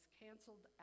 canceled